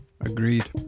Agreed